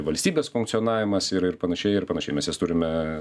valstybės funkcionavimas ir ir panašiai ir panašiai mes jas turime